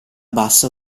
bassa